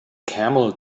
camel